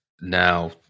now